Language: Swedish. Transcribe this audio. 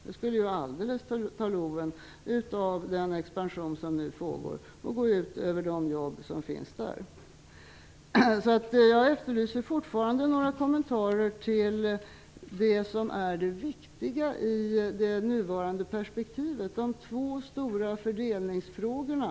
Det skulle alldeles ta loven av den expansion som nu pågår och gå ut över de jobb som finns där. Jag efterlyser fortfarande kommentarer till det som är det viktiga i det nuvarande perspektivet: de två stora fördelningsfrågorna.